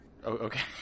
okay